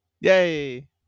Yay